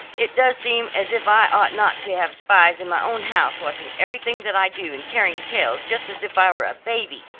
it does seem as if i ought not to have spies in my own house watching everything that i do and carrying tales just as if i were a baby.